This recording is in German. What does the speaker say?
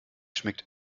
schmeckt